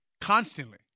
constantly